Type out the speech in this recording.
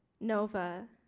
nova.